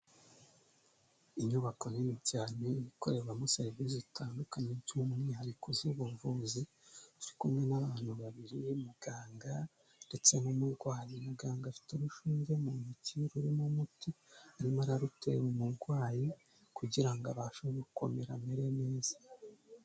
Inyubako nini cyane ikorerwamo serivisi zitandukanye by'umwihariko z'ubuvuzi turi kumwe n'abantu babiri muganga ndetse n'umurwayi; muganga afite urushinge mu ntoki arimo kurutera umurwayi kugira abashe gukomera amerere neza.